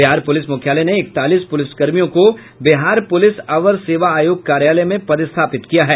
Bihar police मुख्यालय ने इकतालीस पुलिसकर्मियों को बिहार पुलिस अवर सेवा आयोग कार्यालय में पदस्थापित किया है